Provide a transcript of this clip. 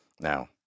Now